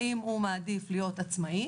האם הוא מעדיף להיות עצמאי